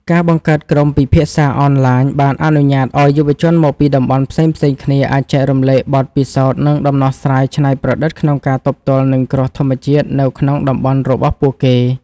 ការបង្កើតក្រុមពិភាក្សាអនឡាញ បានអនុញ្ញាតឱ្យយុវជនមកពីតំបន់ផ្សេងៗគ្នាអាចចែករំលែកបទពិសោធន៍ និងដំណោះស្រាយច្នៃប្រឌិតក្នុងការទប់ទល់នឹងគ្រោះធម្មជាតិនៅក្នុងតំបន់របស់ពួកគេ។